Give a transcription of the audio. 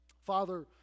Father